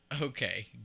Okay